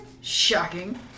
shocking